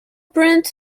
print